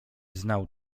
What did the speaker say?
znał